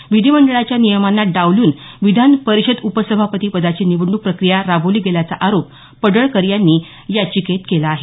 त्यामुळे विधिमंडळाच्या नियमांना डावलून विधानपरिषद उपसभापतीपदाची निवडणूक प्रक्रिया राबवली गेल्याचा आरोप पडळकर यांनी या याचिकेत केला आहे